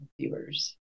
viewers